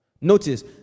Notice